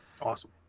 Awesome